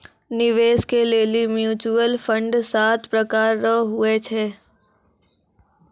निवेश के लेली म्यूचुअल फंड सात प्रकार रो हुवै छै